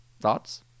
Thoughts